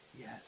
Yes